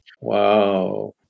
wow